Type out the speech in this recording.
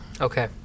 okay